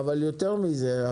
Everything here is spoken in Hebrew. אבל יותר מזה,